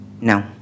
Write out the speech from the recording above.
No